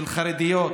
של חרדיות,